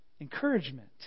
encouragement